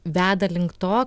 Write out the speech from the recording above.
veda link to